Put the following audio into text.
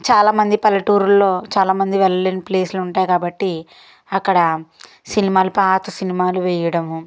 చాలా మంది పల్లెటూళ్ళలో చాలా మంది వెళ్ళలేని ప్లేస్లు ఉంటాయి కాబట్టి అక్కడ సినిమాలు పాత సినిమాలు వేయడము